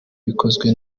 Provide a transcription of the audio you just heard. bikozwe